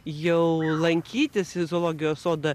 jau lankytis į zoologijos sodą